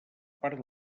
part